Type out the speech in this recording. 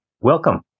Welcome